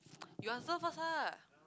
you answer first ah